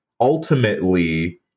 ultimately